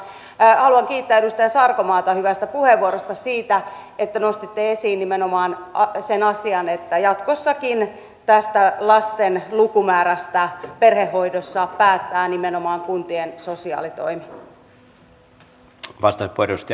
haluan kiittää edustaja sarkomaata hyvästä puheenvuorosta siitä että nostitte esiin nimenomaan sen asian että jatkossakin tästä lasten lukumäärästä perhehoidossa päättää nimenomaan kuntien sosiaalitoimi